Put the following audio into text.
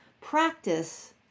Practice